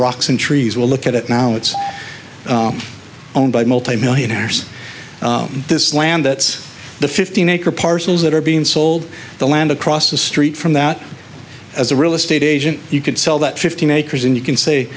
rocks and trees will look at it now it's owned by multimillionaires in this land that's the fifteen acre parcels that are being sold the land across the street from that as a real estate agent you could sell that fifteen acres and you can say